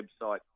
website